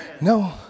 No